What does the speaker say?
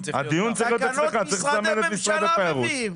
תקנות זה משרדי הממשלה מביאים.